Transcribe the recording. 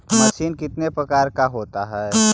Machine कितने प्रकार का होता है?